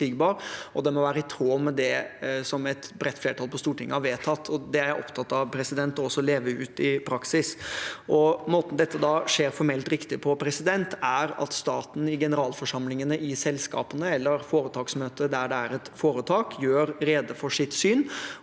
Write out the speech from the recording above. den må være i tråd med det som et bredt flertall på Stortinget har vedtatt. Det er jeg opptatt av også å leve ut i praksis. Måten dette skjer formelt riktig på, er at staten i generalforsamlingene i selskapene, eller i foretaksmøtet der det er et foretak, gjør rede for sitt syn.